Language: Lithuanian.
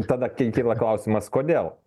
tada ken kyla klausimas kodėl